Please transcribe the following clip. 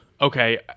okay